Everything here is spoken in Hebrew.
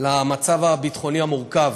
למצב הביטחוני המורכב.